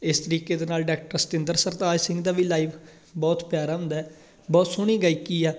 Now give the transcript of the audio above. ਇਸ ਤਰੀਕੇ ਦੇ ਨਾਲ ਡਾਕਟਰ ਸਤਿੰਦਰ ਸਰਤਾਜ ਸਿੰਘ ਦਾ ਵੀ ਲਾਈਵ ਬਹੁਤ ਪਿਆਰਾ ਹੁੰਦਾ ਬਹੁਤ ਸੋਹਣੀ ਗਾਇਕੀ ਆ